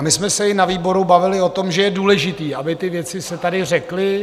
My jsme se i na výboru bavili o tom, že je důležité, aby se ty věci tady řekly.